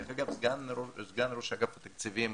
דרך אגב, סגן ראש אגף התקציבים